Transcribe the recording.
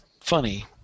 funny